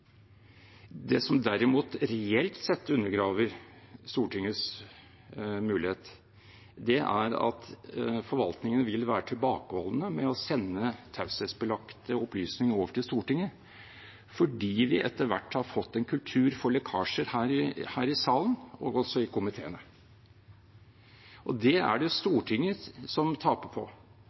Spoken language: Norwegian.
Det som derimot reelt sett undergraver Stortingets mulighet, er at forvaltningen vil være tilbakeholdne med å sende taushetsbelagte opplysninger over til Stortinget fordi vi etter hvert har fått en kultur for lekkasjer her i salen – og også i komiteen. Det er det Stortinget som taper på,